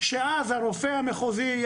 שאז הרופא המחוזי,